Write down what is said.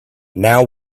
now